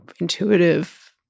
intuitive